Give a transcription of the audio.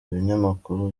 ibinyamakuru